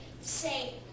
say